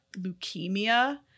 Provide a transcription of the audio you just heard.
leukemia